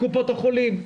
קופות החולים,